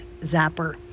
zapper